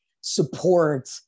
support